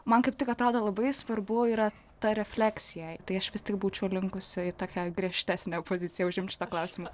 man kaip tik atrodo labai svarbu yra ta refleksija tai aš vis tik būčiau linkusi į tokią griežtesnę poziciją užimt šituo klausimu